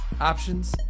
options